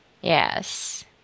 Yes